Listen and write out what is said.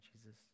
Jesus